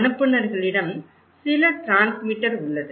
அனுப்புநர்களிடம் சில டிரான்ஸ்மிட்டர் உள்ளது